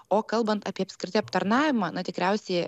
o kalbant apie apskritai aptarnavimą na tikriausiai